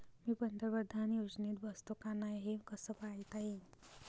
मी पंतप्रधान योजनेत बसतो का नाय, हे कस पायता येईन?